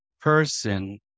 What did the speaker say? person